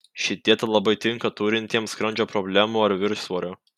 ši dieta labai tinka turintiems skrandžio problemų ar viršsvorio